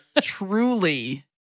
truly